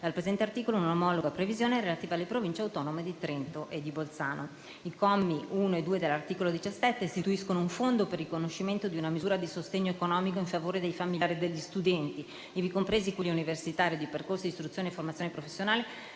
dal presente articolo un'omologa previsione, relativa alle Province autonome di Trento e di Bolzano. I commi 1 e 2 dell'articolo 17 istituiscono un Fondo per il riconoscimento di una misura di sostegno economico in favore dei familiari degli studenti, ivi compresi quelli universitari o dei percorsi di istruzione e formazione professionale,